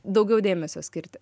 daugiau dėmesio skirti